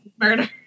murder